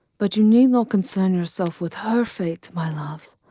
but you need not concern yourself with her fate, my love.